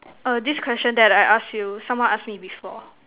err this question that I asked you someone asked me before